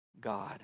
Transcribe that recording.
God